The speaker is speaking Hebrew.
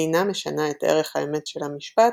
אינה משנה את ערך האמת של המשפט,